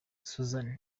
susan